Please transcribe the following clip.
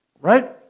right